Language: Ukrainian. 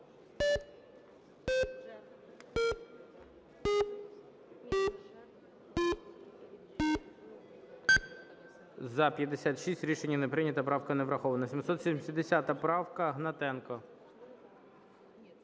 За-56 Рішення не прийнято. Правка не врахована. 770 правка, Гнатенко.